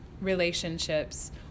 relationships